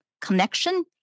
connection